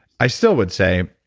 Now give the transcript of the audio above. i still would say,